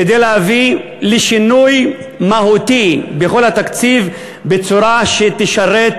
כדי להביא לשינוי מהותי בכל התקציב בצורה שתשרת